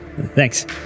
thanks